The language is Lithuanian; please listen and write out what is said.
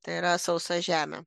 tai yra sausa žemė